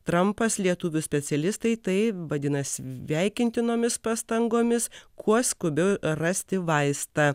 trampas lietuvių specialistai tai vadina sveikintinomis pastangomis kuo skubiau rasti vaistą